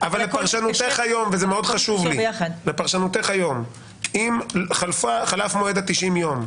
אבל לפרשנותך היום וזה מאוד חשוב לי אם חלף מועד 90 הימים,